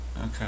Okay